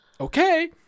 okay